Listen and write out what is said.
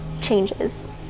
changes